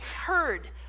heard